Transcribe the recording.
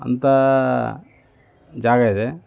ಅಂಥ ಜಾಗ ಇದೆ